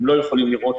הם לא יכולים לראות,